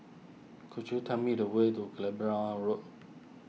could you tell me the way to Road